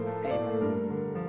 Amen